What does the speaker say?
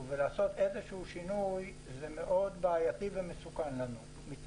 ולעשות שינוי זה מאוד בעייתי ומסוכן לנו.